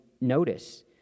notice